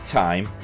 time